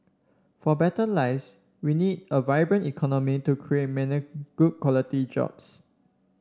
for better lives we need a vibrant economy to create many good quality jobs